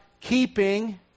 keeping